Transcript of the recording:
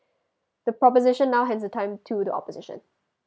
the proposition now hands the time to the opposition